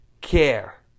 care